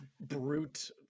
brute